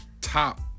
top